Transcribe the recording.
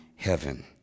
heaven